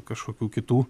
kažkokių kitų